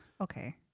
Okay